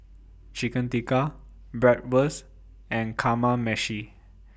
Chicken Tikka Bratwurst and Kamameshi